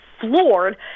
floored